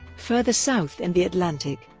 further south in the atlantic,